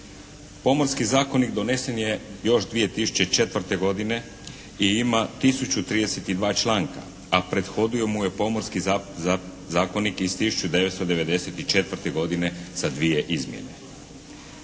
Pomorski zakonik donesen je još 2004. godine i ima 1032 članka, a prethodio mu je Pomorski zakonik iz 1994. godine sa dvije izmjene.